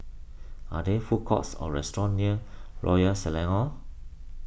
are there food courts or restaurants near Royal Selangor